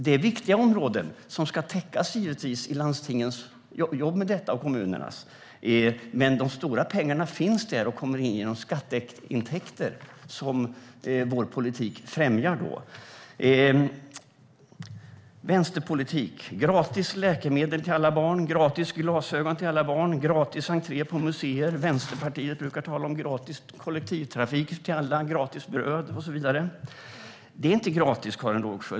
Det är viktiga områden som ska täckas i landstingens och kommunernas jobb med dem. Men de stora pengarna finns där och kommer in genom skatteintäkter, som vår politik främjar. Vänsterpolitik är gratis läkemedel till alla barn, gratis glasögon till alla barn och gratis entré på museer. Vänsterpartiet brukar dessutom tala om gratis kollektivtrafik till alla, gratis bröd och så vidare. Det är inte gratis, Karin Rågsjö.